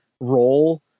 role